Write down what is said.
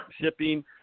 shipping